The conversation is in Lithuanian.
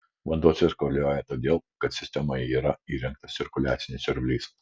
vanduo cirkuliuoja todėl kad sistemoje yra įrengtas cirkuliacinis siurblys